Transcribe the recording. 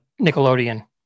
Nickelodeon